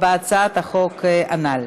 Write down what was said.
בהצעת החוק הנ"ל.